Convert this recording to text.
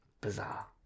bizarre